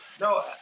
no